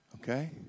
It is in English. Okay